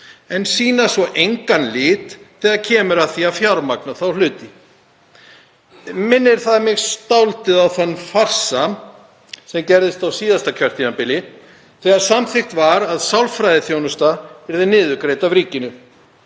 en sýna svo engan lit þegar kemur að því að fjármagna þá hluti. Minnir það mig dálítið á þann farsa sem gerðist á síðasta kjörtímabili þegar samþykkt var að sálfræðiþjónusta yrði niðurgreidd af ríkinu